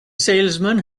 salesman